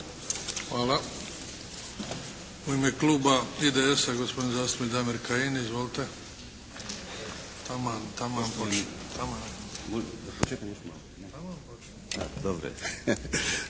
Hvala. U ime kluba IDS-a, gospodin zastupnik Damir Kajin. Izvolite.